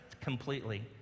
completely